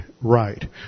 right